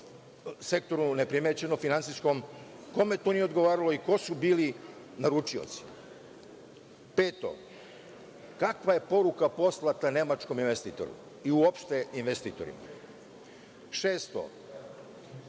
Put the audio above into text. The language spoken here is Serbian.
sektoru neprimećeno finansijskom? Kome to nije odgovaralo i ko su bili naručioci? Peto, kakva je poruka poslata nemačkom investitoru i uopšte investitorima? Šesto,